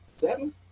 seven